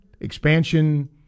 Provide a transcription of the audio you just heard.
expansion